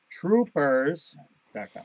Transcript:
Troopers.com